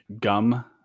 gum